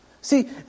See